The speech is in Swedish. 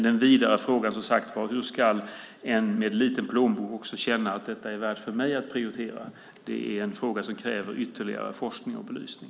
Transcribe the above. Den vidare frågan är dock hur någon med liten plånbok ska känna att detta är värt att prioritera. Det är en fråga som kräver ytterligare forskning och belysning.